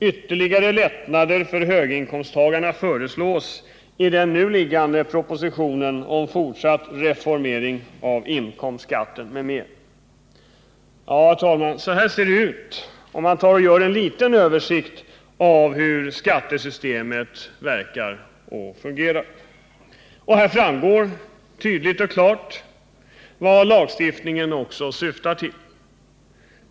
Ytterligare lättnader för höginkomsttagare föreslås i den liggande propositionen om fortsatt ”reformering” av inkomstskatten m.m. Så här ser det ut om man tar och gör en liten översikt av hur skattesystemet verkar. Här framgår tydligt och klart vad lagstiftningen syftar till.